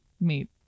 meet